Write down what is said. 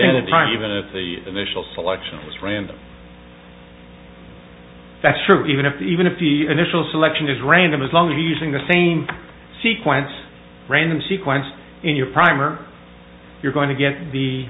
identifier even if the initial selection is random that's true even if even if the initial selection is random as long as you using the same sequence random sequence in your primer you're going to get